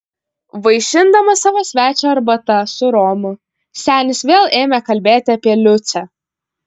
vaišindamas savo svečią arbata su romu senis vėl ėmė kalbėti apie liucę